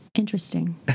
Interesting